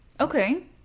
Okay